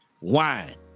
wine